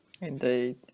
Indeed